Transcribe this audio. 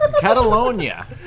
Catalonia